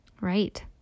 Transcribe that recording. Right